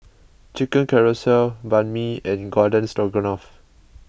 Chicken Casserole Banh Mi and Garden Stroganoff